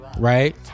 Right